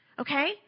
okay